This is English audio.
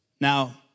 Now